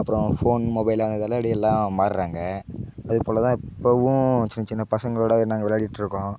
அப்புறோம் phone mobile அதனால தான் எல்லாம் மாறுகிறாங்க அதுபோல் தான் இப்போவும் சின்னச்சின்ன பசங்களோடய நாங்கள் விளையாடிகிட்டு இருக்கோம்